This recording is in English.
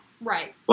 Right